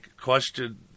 question